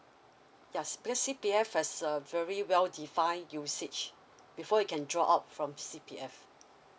yeah because C_P_F has a very well define usage before you can drop off from C_P_F